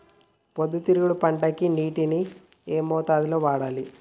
పొద్దుతిరుగుడు పంటకి నీటిని ఏ మోతాదు లో వాడాలి?